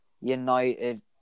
United